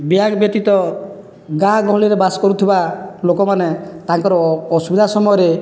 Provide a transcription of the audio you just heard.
bank ବ୍ୟତୀତ ଗାଁ ଗହଳିରେ ବାସ କରୁଥିବା ଲୋକମାନେ ତାଙ୍କର ଅସୁବିଧା ସମୟରେ